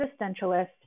existentialist